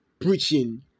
preaching